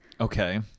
Okay